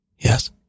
Yes